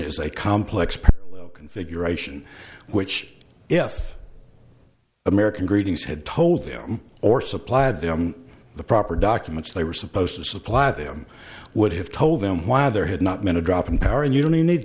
a complex configuration which if american greetings had told them or supply them the proper documents they were supposed to supply them would have told them why there had not been a drop in power and you don't need t